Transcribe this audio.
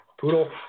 poodle